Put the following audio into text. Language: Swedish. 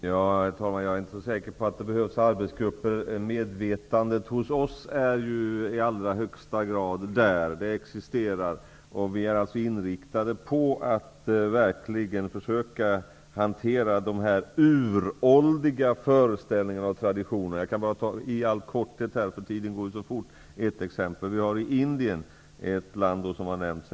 Herr talman! Jag är inte säker på att det behövs arbetsgrupper. Medvetandet finns ju i allra högsta grad hos oss. Vi är alltså inriktade på att verkligen försöka hantera dessa uråldriga föreställningar och traditioner. Jag kan i all korthet ge ett exempel. Indien är ett land som har nämnts här.